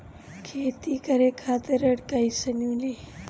खेती करे खातिर ऋण कइसे मिली?